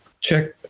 check